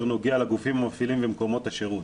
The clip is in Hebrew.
נוגע למקומות המפעילים במקומות השירות,